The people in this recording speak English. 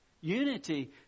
Unity